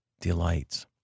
delights